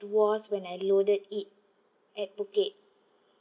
was when I loaded it at phuket